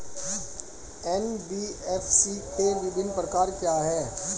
NBFC के विभिन्न प्रकार क्या हैं?